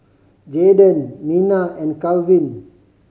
Jaeden Minna and Kalvin